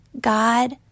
God